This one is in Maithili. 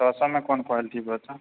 छओ सए मे क़ोन कवलिटी के छ